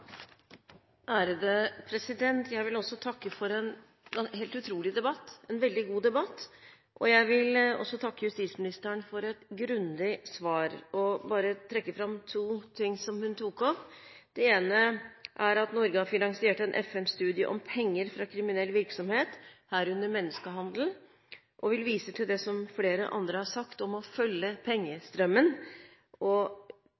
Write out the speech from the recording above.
alvor. Også jeg vil takke for en helt utrolig debatt, en veldig god debatt. Jeg vil også takke justisministeren for et grundig svar og bare trekke fram to ting som hun tok opp. Det ene er at Norge har finansiert en FN-studie om penger fra kriminell virksomhet, herunder menneskehandel, og jeg vil vise til det som flere andre har sagt, om å følge pengestrømmen og